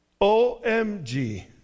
OMG